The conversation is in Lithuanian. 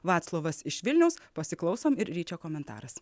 vaclovas iš vilniaus pasiklausom ir ryčio komentaras